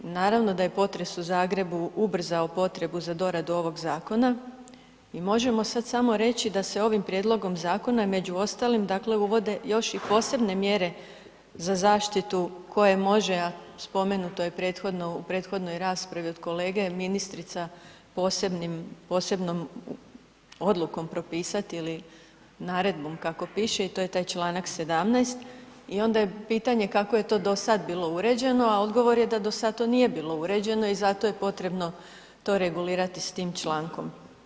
Naravno da je potres u Zagrebu ubrzao potrebu za doradu ovog zakona i možemo sad samo reći da se ovim prijedlog zakona među ostalim dakle uvode još i posebne mjere za zaštitu koje može, a spomenuto je prethodno, u prethodnoj raspravi od kolege, ministrica posebnim, posebnom odlukom propisati ili naredbom kako piše i to je taj članak 17. o onda je pitanje kako je to do sada bilo uređeno, a odgovor je da do sada to nije bilo uređeno i zato je potrebno to regulirati s tim člankom.